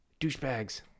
douchebags